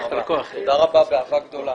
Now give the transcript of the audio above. תודה רבה באהבה גדולה.